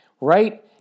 right